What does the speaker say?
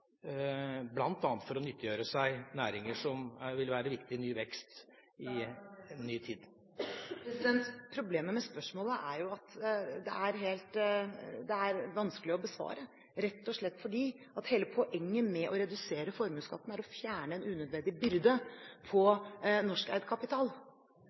for å nyttiggjøre seg næringer som vil være viktige for ny vekst i en ny tid. Problemet med spørsmålet er at det er vanskelig å besvare, rett og slett fordi hele poenget med å redusere formuesskatten er å fjerne en unødvendig byrde